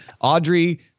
Audrey